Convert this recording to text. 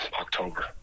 October